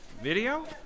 Video